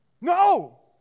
No